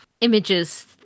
images